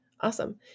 Awesome